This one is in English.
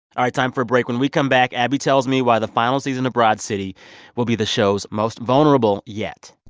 right, time for a break. when we come back, abbi tells me why the final season of broad city will be the show's most vulnerable yet